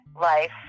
life